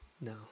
No